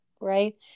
Right